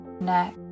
neck